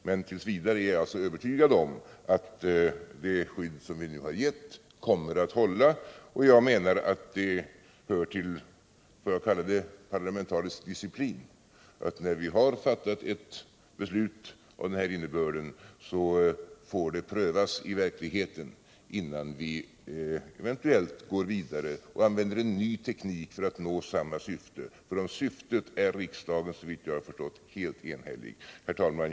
Men t. v. är jag alltså övertygad om att det skydd som vi nu har givit kommer att hålla, och jag menar att det hör till vad man kan kalla parlamentarisk disciplin att när vi har fattat ett beslut av den här innebörden så får det prövas i verkligheten innan vi eventuellt går vidare och använder en ny teknik för att nå samma syfte — för om syftet är riksdagen, såvitt jag har förstått, helt enig. Herr talman!